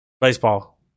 baseball